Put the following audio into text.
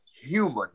human